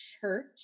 church